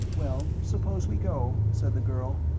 well, suppose we go, said the girl,